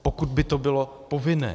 Pokud by to bylo povinné.